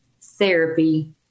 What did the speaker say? therapy